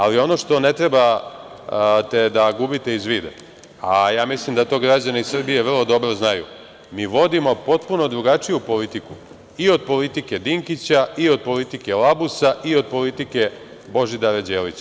Ali, ono što ne trebate da gubite iz vida, a ja mislim da to građani Srbije vrlo dobro znaju, mi vodimo potpuno drugačiju politiku i od politike Dinkića i od politike Labusa i od politike Božidara Đelića.